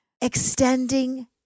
extending